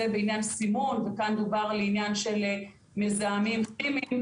בעניין סימון וכאן דובר לעניין של מזהמים כימיים,